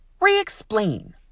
re-explain